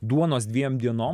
duonos dviem dienom